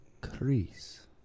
crease